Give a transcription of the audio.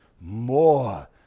more